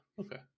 Okay